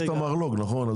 יש את המרלו"ג, נכון?